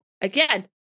Again